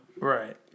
Right